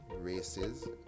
races